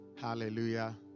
hallelujah